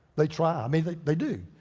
they try. i mean, they do.